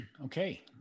Okay